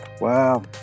Wow